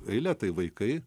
eilę tai vaikai